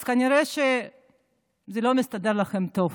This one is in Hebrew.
אז כנראה שזה לא מסתדר לכם טוב,